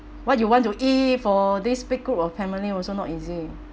what you want to eat for this big group of family also not easy